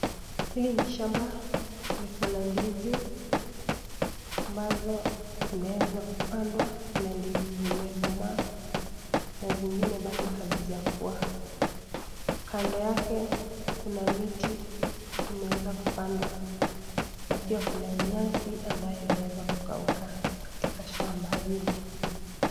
Hili ni shamba liko na ndizi ambazo zimeweza kupandwa na ndizi zimekomaa zingine bado hazijakua kando yake kuna miti imeweza kupandwa na pia kuna nyasi ambayo imeweza kukauka katika shamba hili.